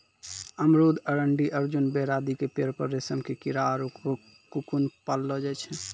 अमरूद, अरंडी, अर्जुन, बेर आदि के पेड़ पर रेशम के कीड़ा आरो ककून पाललो जाय छै